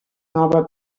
nova